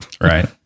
right